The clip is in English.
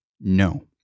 no